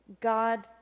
God